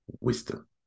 wisdom